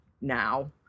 now